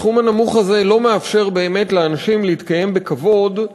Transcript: הסכום הנמוך הזה לא מאפשר באמת לאנשים להתקיים בכבוד.